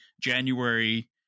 January